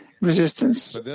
resistance